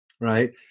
right